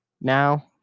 now